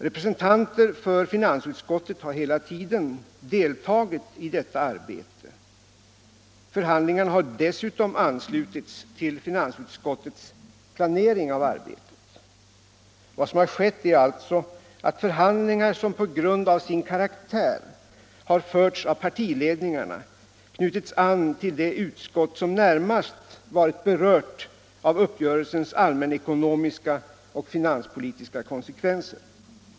Representanter för finansutskottet har hela tiden deltagit i detta arbete. Förhandlingarna har dessutom anslutits till finansutskottets planering av arbetet. Vad som har skett är alltså att förhandlingar, som på grund av sin karaktär har förts av partiledningarna, knutits an till det utskott som närmast varit berört av uppgörelsens allmänekonomiska och finanspolitiska konsekvenser.